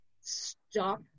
stop